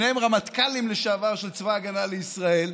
שניהם רמטכ"לים לשעבר של צבא ההגנה לישראל,